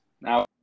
Now